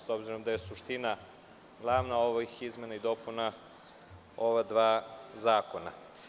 S obzirom da je suština glavna ovih izmena i dopuna ova dva zakona.